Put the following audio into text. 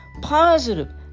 Positive